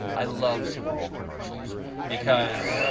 i love super bowl commercials because